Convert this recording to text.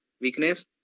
Weakness